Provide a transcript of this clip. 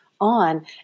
on